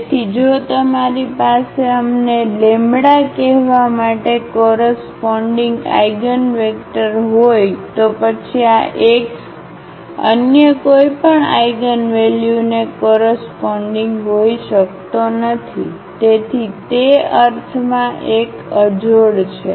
તેથી જો તમારી પાસે અમને λ કહેવા માટે કોરસપોન્ડીગ આઇગનવેક્ટર હોય તો પછી આ x અન્ય કોઈપણ આઇગનવેલ્યુને કોરસપોન્ડીગ હોઈ શકતો નથી તેથી તે તે અર્થમાં એક અજોડ છે